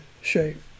shape